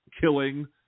killing